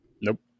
nope